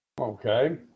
Okay